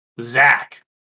Zach